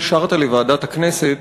אישרת לוועדת הכנסת